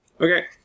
Okay